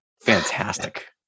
Fantastic